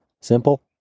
simple